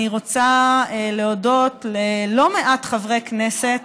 אני רוצה להודות ללא מעט חברי כנסת